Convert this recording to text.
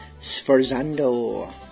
Sforzando